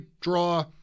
draw